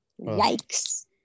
Yikes